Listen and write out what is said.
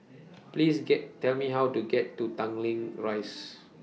Please get Tell Me How to get to Tanglin Rise